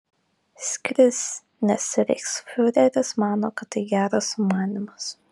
skris nes reichsfiureris mano kad tai geras sumanymas